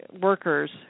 workers